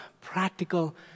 practical